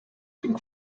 pink